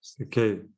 Okay